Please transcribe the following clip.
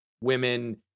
women